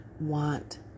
want